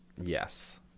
Yes